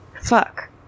fuck